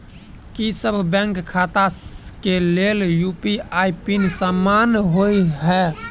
की सभ बैंक खाता केँ लेल यु.पी.आई पिन समान होइ है?